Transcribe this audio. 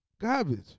garbage